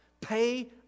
Pay